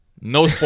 no